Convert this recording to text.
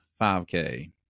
5K